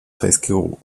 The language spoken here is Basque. zaizkigu